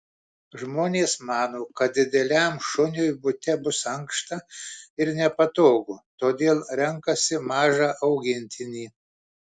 žmonės mano kad dideliam šuniui bute bus ankšta ir nepatogu todėl renkasi mažą augintinį